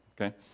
Okay